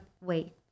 wait